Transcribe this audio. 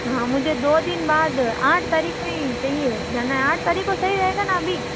हाँ मुझे दो दिन बाद आठ तारीख को ही चाहिए जाना है आठ तारीख को सही रहेगा न अभी